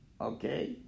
Okay